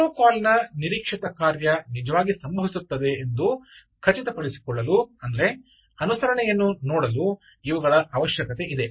ಪ್ರೋಟೋಕಾಲಿನ ನಿರೀಕ್ಷಿತ ಕಾರ್ಯ ನಿಜವಾಗಿ ಸಂಭವಿಸುತ್ತದೆ ಎಂದು ಖಚಿತಪಡಿಸಿಕೊಳ್ಳಲು ಅಂದರೆ ಅನುಸರಣೆಯನ್ನು ನೋಡಲು ಇವುಗಳ ಅವಶ್ಯಕತೆ ಇದೆ